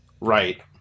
Right